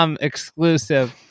exclusive